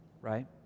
right